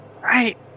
right